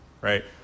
right